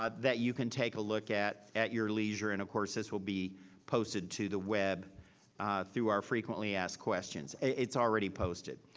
ah that you can take a look at, at your leisure. and of course this will be posted to the web through our frequently asked questions. it's already posted.